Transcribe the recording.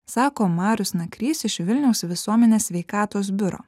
sako marius nakrys iš vilniaus visuomenės sveikatos biuro